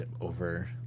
over